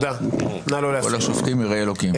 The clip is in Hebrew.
כל השופטים יראי אלוקים.